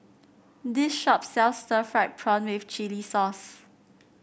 this shop sells Stir Fried Prawn with Chili Sauce